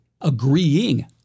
agreeing